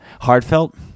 Heartfelt